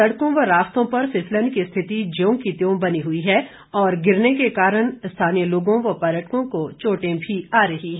सड़कों व रास्तों पर फिसलन की स्थिति ज्यों की त्यों बनी हुई है और गिरने के कारण स्थानीय लोगों व पर्यटकों को चोटें भी आ रही हैं